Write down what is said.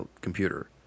computer